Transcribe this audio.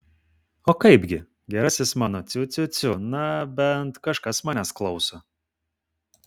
o kaipgi gerasis mano ciu ciu ciu na bent kažkas manęs klauso